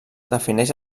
defineix